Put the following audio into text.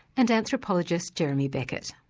and anthropologist jeremy beckett.